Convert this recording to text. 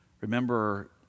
Remember